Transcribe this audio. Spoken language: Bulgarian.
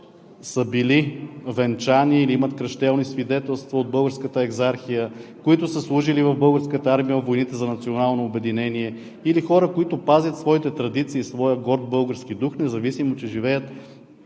са били венчани или имат кръщелни свидетелства от Българската екзархия, които са служили в Българската армия – във войните за национално обединение, или хора, които пазят своите традиции и своя горд български дух, независимо че живеят